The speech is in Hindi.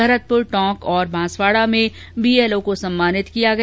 भरतपूर टोंक और बांसवाड़ा में बीएलओ को सम्मानित किया गया